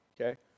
okay